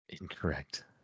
Incorrect